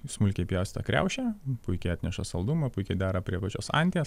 smulkiai pjaustyta kriaušė puikiai atneša saldumą puikiai dera prie pačios anties